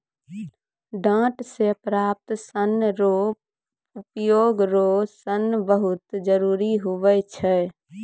डांट से प्राप्त सन रो उपयोग रो सन बहुत जरुरी हुवै छै